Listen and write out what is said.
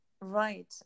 Right